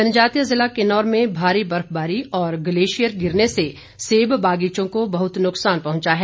जनजातीय जिला किन्नौर में भारी बर्फबारी और ग्लेशियर गिरने से सेब बागीचों को बहुत नुक्सान पहुंचा है